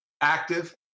active